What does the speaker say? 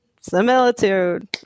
Similitude